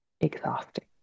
exhausting